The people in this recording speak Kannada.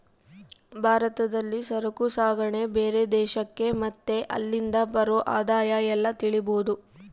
ಭಾರತದಲ್ಲಿ ಸರಕು ಸಾಗಣೆ ಬೇರೆ ದೇಶಕ್ಕೆ ಮತ್ತೆ ಅಲ್ಲಿಂದ ಬರೋ ಆದಾಯ ಎಲ್ಲ ತಿಳಿಬೋದು